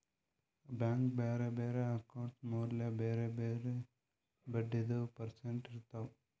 bank ಬ್ಯಾರೆ ಬ್ಯಾರೆ account ಮ್ಯಾಲ ಬ್ಯಾರೆ ಬ್ಯಾರೆ ಬಡ್ಡಿದು ಪರ್ಸೆಂಟ್ ಇರ್ತಾವ್